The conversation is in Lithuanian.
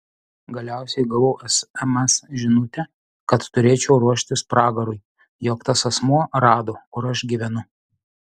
galiausiai gavau sms žinutę kad turėčiau ruoštis pragarui jog tas asmuo rado kur aš gyvenu